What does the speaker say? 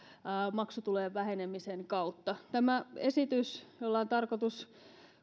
maksutulojen vähenemisen kautta tämä esitys jolla on tarkoitus